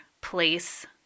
place